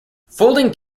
folding